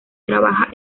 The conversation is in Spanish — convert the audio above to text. trabaja